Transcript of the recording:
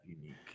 unique